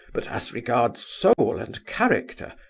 but as regards soul, and character,